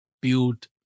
build